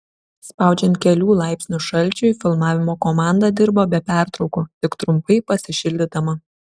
spaudžiant kelių laipsnių šalčiui filmavimo komanda dirbo be pertraukų tik trumpai pasišildydama